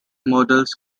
models